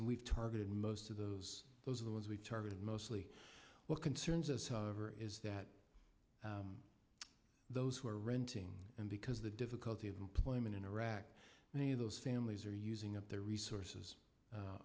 and we've targeted most of those those are the ones we targeted mostly what concerns us however is that those who are renting and because the difficulty of employment in iraq many of those families are using up their resources